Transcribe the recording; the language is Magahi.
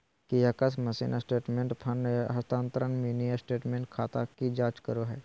कियाक्स मशीन स्टेटमेंट, फंड हस्तानान्तरण, मिनी स्टेटमेंट, खाता की जांच करो हइ